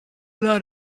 lot